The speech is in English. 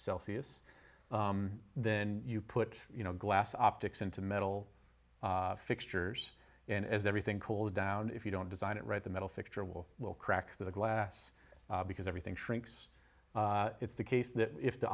celsius then you put you know glass optics into metal fixtures and as everything cools down if you don't design it right the metal fixture will will crack the glass because everything shrinks it's the case that if the